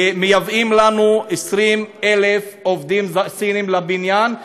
שמייבאים לנו 20,000 עובדים סינים לבניין,